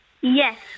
Yes